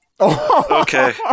Okay